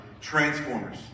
Transformers